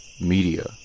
media